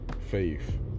faith